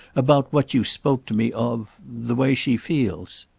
about what you spoke to me of the way she feels.